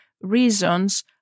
reasons